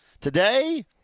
Today